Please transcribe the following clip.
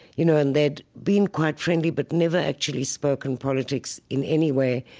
you know, and they'd been quite friendly but never actually spoken politics in any way.